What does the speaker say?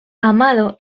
amado